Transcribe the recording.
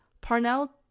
Parnell